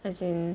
as in